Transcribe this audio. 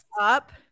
up